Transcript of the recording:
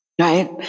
right